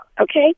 okay